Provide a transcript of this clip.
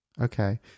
Okay